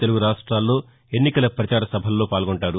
తెలుగు రాష్టాల్లో ఎన్నికల ప్రవార సభలో పాల్గొంటారు